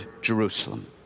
Jerusalem